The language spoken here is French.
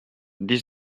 dix